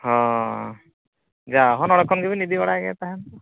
ᱦᱳᱭ ᱡᱟ ᱦᱚᱸ ᱱᱚᱰᱮ ᱠᱷᱚᱱ ᱜᱮᱵᱤᱱ ᱤᱫᱤ ᱵᱟᱲᱟᱭᱮᱫ ᱛᱟᱦᱮᱱ ᱫᱚ